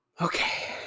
Okay